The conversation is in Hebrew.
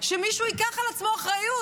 שמישהו ייקח על עצמו אחריות.